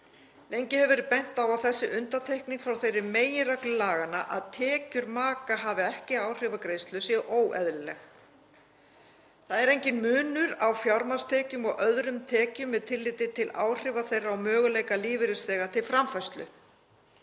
Lengi hefur verið bent á að þessi undantekning frá þeirri meginreglu laganna að tekjur maka hafi ekki áhrif á greiðslur sé óeðlileg. Enginn munur er á fjármagnstekjum og öðrum tekjum með tilliti til áhrifa þeirra